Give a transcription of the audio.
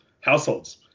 Households